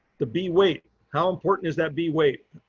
the bee weight, how important is that bee weight?